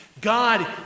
God